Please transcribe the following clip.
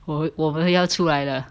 我我不会要出来的